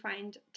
find